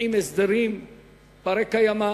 עם הסדרים בני-קיימא